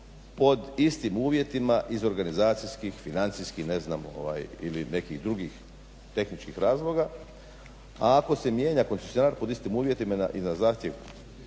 pod istim uvjetima iz organizacijskih, financijskih, ne znam ili nekih drugih tehničkih razloga, a ako se mijenja koncesionar pod istim uvjetima i na zahtjev